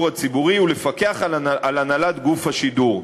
הציבורי ולפקח על הנהלת גוף השידור.